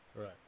Right